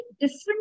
different